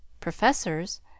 professors